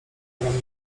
poranne